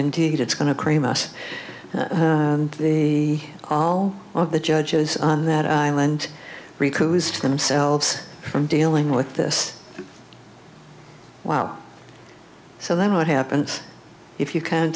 indeed it's going to cream us the all of the judges on that island ricos to themselves from dealing with this wow so then what happens if you can